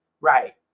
right